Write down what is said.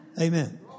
Amen